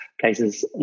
places